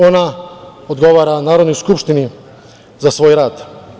Ona odgovara Narodnoj Skupštini, za svoj rad.